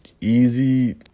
Easy